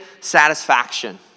satisfaction